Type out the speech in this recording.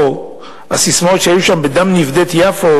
או הססמאות שהיו שם: "בדם נפדה את יפו",